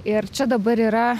ir čia dabar yra